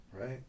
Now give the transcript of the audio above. right